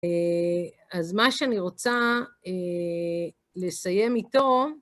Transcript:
אז מה שאני רוצה לסיים איתו...